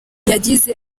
yagize